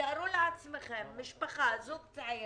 תארו לעצמכם משפחה, זוג צעיר,